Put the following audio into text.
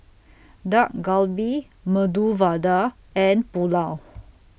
Dak Galbi Medu Vada and Pulao